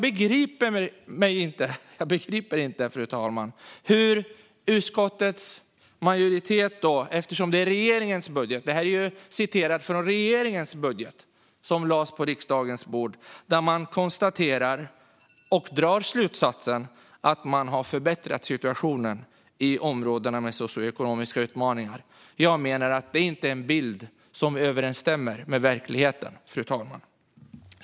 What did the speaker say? Det här är ju taget från regeringens budget, som lades på riksdagens bord, där man drar slutsatsen att man har förbättrat situationen i områdena med socioekonomiska utmaningar. Jag menar att detta inte är en bild som överensstämmer med verkligheten, fru talman.